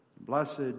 blessed